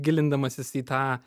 gilindamasis į tą